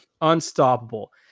unstoppable